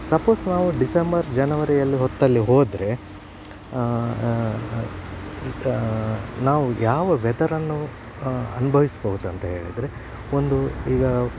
suppose ನಾವು December ಜನವರಿಯಲ್ಲಿ ಹೊತ್ತಲ್ಲಿ ಹೋದರೆ ನಾವು ಯಾವ ವೆದರನ್ನು ಅನುಭವಿಸ್ಬೋದು ಅಂತ ಹೇಳಿದರೆ ಒಂದು ಈಗ